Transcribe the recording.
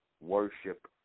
worship